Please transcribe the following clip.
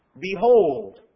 Behold